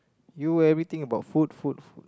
you everything about food food food